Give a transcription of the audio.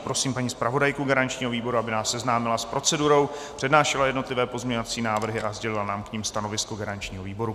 Prosím paní zpravodajku garančního výboru, aby nás seznámila s procedurou, přednášela jednotlivé pozměňovací návrhy a sdělila nám k nim stanovisko garančního výboru.